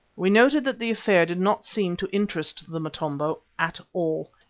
we noted that the affair did not seem to interest the motombo at all.